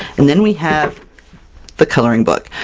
and then we have the coloring book.